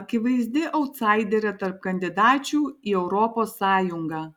akivaizdi autsaiderė tarp kandidačių į europos sąjungą